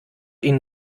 ihn